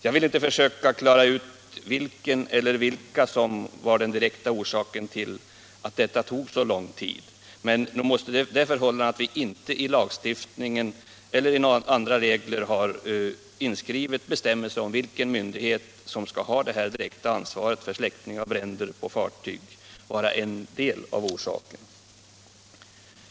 Jag vill inte försöka klara ut vem eller vilka som var den direkta anledningen till att det tog så lång tid, men nog måste det förhållandet att vi inte i lagstiftningen eller i några andra regler har bestämmelser inskrivna om vilken myndighet som skall ha det direkta ansvaret för släckning av bränder på fartyg vara en del av orsaken.